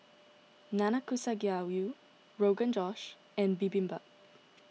Nanakusa Gayu Rogan Josh and Bibimbap